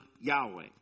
Yahweh